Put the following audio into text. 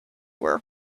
were